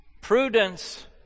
prudence